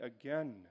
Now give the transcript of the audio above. again